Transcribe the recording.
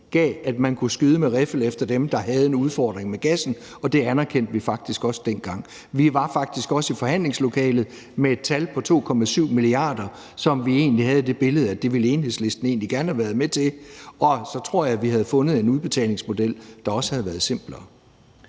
gjorde, at man kunne skyde med riffel efter dem, der havde en udfordring med gassen. Og det anerkendte vi faktisk også dengang. Vi var faktisk også i forhandlingslokalet med et tal på 2,7 mia. kr., og vi havde egentlig det billede, at det ville Enhedslisten gerne have været med til, og så tror jeg, vi havde fundet en udbetalingsmodel, der også havde været simplere.